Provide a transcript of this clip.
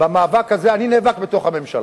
במאבק הזה אני נאבק בתוך הממשלה,